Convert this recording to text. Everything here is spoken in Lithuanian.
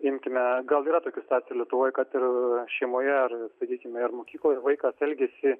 imkime gal yra tokių situacijų lietuvoj kad ir šeimoje ar sakykime ir mokykloje vaikas elgiasi